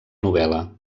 novel·la